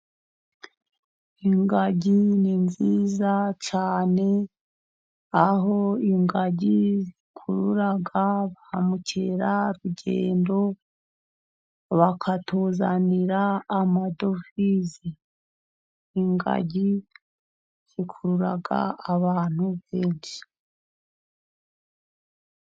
Ingagi ni nziza cyane, aho ingagi zikurura ba Mukerarugendo bakatuzanira amadovize, ingagi zikurura abantu benshi.